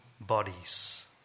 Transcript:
bodies